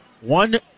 One